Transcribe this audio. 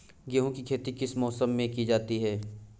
गेहूँ की खेती किस मौसम में की जाती है?